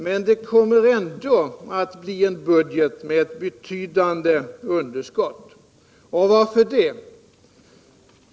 Ändå kommer budgeten att präglas av ett betydande underskott, och varför?